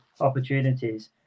opportunities